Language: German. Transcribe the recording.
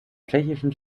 tschechischen